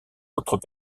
autres